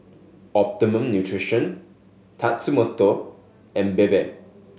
Optimum Nutrition Tatsumoto and Bebe